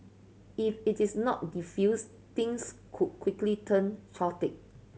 if it is not defused things could quickly turn chaotic